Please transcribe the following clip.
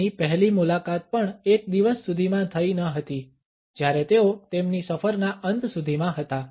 તેમની પહેલી મુલાકાત પણ એક દિવસ સુધીમાં થઈ ન હતી જ્યારે તેઓ તેમની સફરના અંત સુધીમાં હતા